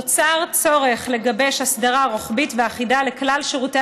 נוצר צורך לגבש אסדרה רוחבית ואחידה לכלל שירותי